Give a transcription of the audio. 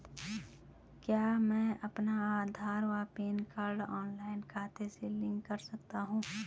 क्या मैं अपना आधार व पैन कार्ड ऑनलाइन खाते से लिंक कर सकता हूँ?